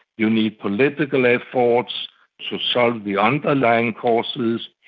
you need political efforts to solve the underlying causes,